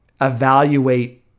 evaluate